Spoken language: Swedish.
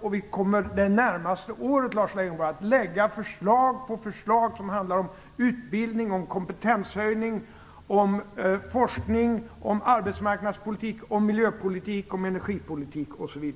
Och vi kommer under det närmaste året, Lars Leijonborg, att lägga fram förslag efter förslag som handlar om utbildning, kompetenshöjning, forskning, arbetsmarknadspolitik, miljöpolitik, energipolitik, osv.